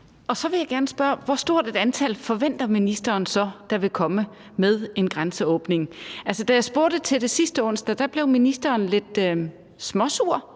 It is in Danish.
Hvor stort et antal forventer ministeren så der vil komme med en grænseåbning? Altså, da jeg spurgte til det sidste onsdag, blev ministeren lidt småsur